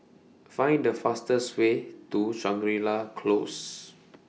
Find The fastest Way to Shangri La Close